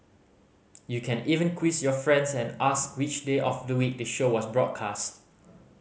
you can even quiz your friends and ask which day of the week the show was broadcast